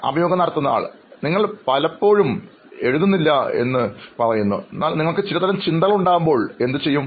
അഭിമുഖം നടത്തുന്നയാൾ നിങ്ങൾ പലപ്പോഴും എഴുതുന്നില്ല എന്ന് പറയുന്നു എന്നാൽ നിങ്ങൾക്ക് ചിലതരം ചിന്തകൾ ഉണ്ടാകുമ്പോൾ എന്ത് ചെയ്യും